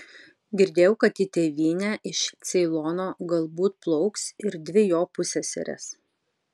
girdėjau kad į tėvynę iš ceilono galbūt plauks ir dvi jo pusseserės